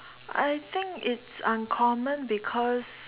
I think it's uncommon because